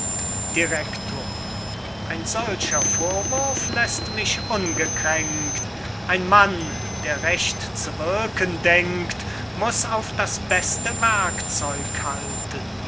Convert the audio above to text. ein solcher vorwurf läßt mich ungekränkt ein mann der recht zu wirken denkt muß auf das beste werkzeug halten